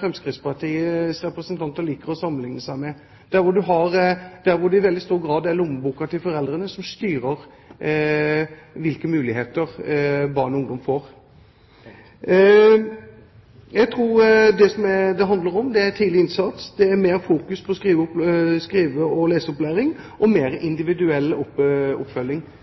Fremskrittspartiets representanter liker å sammenligne seg med, der det i veldig stor grad er lommeboka til foreldrene som styrer hvilke muligheter barn og ungdom får. Det jeg tror det handler om, er tidlig innsats, mer fokus på skrive- og leseopplæring og mer individuell oppfølging. Vi har aldri påstått at en ikke skal ha individuell oppfølging,